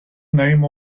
name